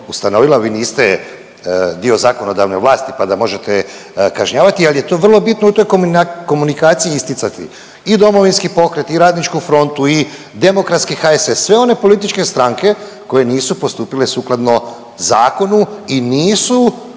ustanovila. Vi niste dio zakonodavne vlasti pa da možete kažnjavati, ali je to vrlo bitno u toj komunikaciji isticati i Domovinski pokret i RH i demokratski HSS, sve one političke strane koje nisu postupile sukladno zakonu i nisu